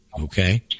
Okay